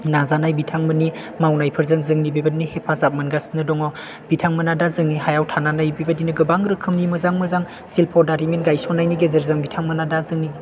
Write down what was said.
नाजानाय बिथांमोननि मावनायफोरजों जोंनि बेबायदिनो हेफाजाब मोनगासिनो दङ बिथांमोना दा जोंनि हायाव थानानै बेबायदिनो गोबां रोखोमनि मोजां मोजां शिल्प दारिमिन गायसननायनि गेजेरजों बिथांमोना दा जोंनि